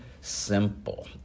simple